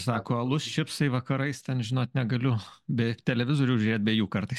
sako alus čipsai vakarais ten žinot negaliu be televizorių žėt be jų kartais